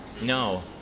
No